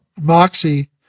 moxie